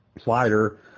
slider